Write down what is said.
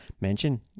mention